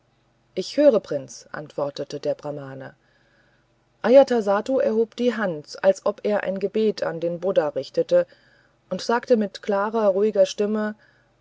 ich höre prinz antwortete der brahmane ajatasattu erhob die hand als ob er ein gebet an den buddha richtete und sagte mit klarer ruhiger stimme